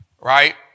right